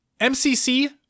MCC